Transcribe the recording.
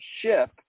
ship